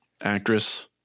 actress